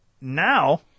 now